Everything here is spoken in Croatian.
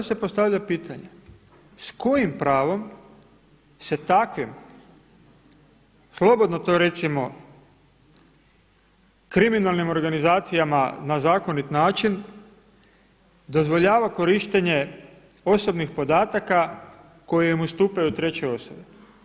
I sada se postavlja pitanje, s kojim pravom se takvim slobodno to recimo kriminalnim organizacijama na zakonit način dozvoljava korištenje osobnih podataka koje im ustupaju treće osobe?